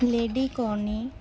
লেডিকেনি